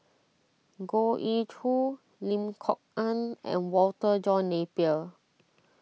Goh Ee Choo Lim Kok Ann and Walter John Napier